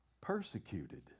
persecuted